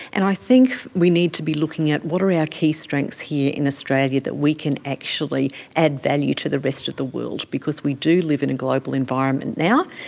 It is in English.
and i think we need to be looking at what are our key strengths here in australia that we can actually add value to the rest of the world because we do live in a global environment now.